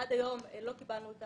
עד היום לא קיבלנו את